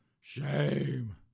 shame